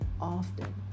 often